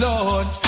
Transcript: Lord